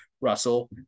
Russell